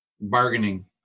bargaining